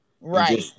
Right